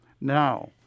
Now